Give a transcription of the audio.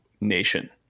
nation